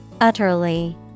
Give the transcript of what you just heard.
Utterly